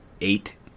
eight